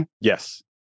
Yes